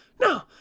No